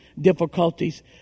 difficulties